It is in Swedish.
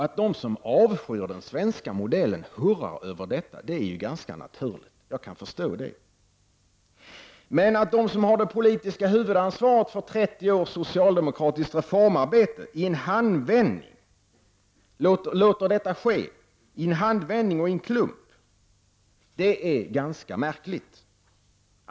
Att de som avskyr den svenska modellen hurrar i detta avseende är ganska naturligt -- jag kan alltså förstå det. Men att de som har det politiska huvudansvaret för 30 års socialdemokratiskt reformarbete i en handvändning, och i klump, låter detta ske är ganska märkligt.